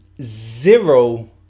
zero